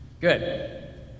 Good